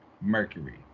mercury